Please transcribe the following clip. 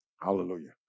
Hallelujah